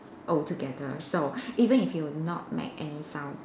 all together so even if you not make any sound